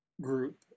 group